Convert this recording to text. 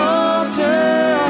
altar